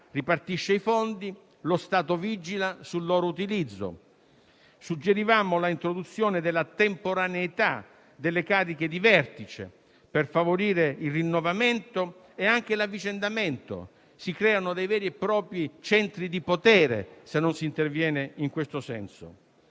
ripartisce i fondi e lo Stato vigila sul loro utilizzo. Suggerivamo l'introduzione della temporaneità delle cariche di vertice, per favorire il rinnovamento e anche l'avvicendamento, perché, se non si interviene in questo senso,